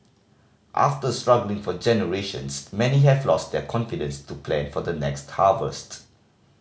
after struggling for generations many have lost their confidence to plan for the next harvest